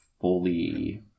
fully